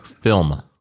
Film